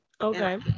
Okay